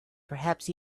perhaps